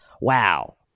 Wow